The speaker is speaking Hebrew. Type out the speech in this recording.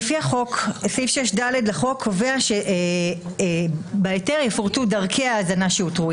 סעיף 6(ד) לחוק קובע שבהיתר יפורטו דרכי ההאזנה שהותרו,